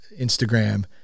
instagram